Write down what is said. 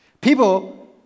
People